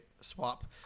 swap